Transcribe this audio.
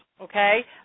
okay